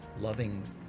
loving